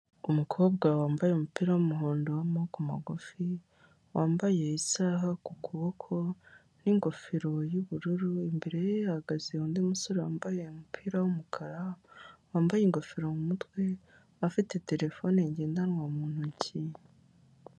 Umukobwa wambaye umupira w'umuhondo w'amaboko magufi, wambaye isaha ku kuboko n'ingofero y'ubururu. Imbere ye hahagaze undi musore wambaye umupira w'umukara, wambaye ingofero mu mutwe, afite terefone ngendanwa mu ntoki.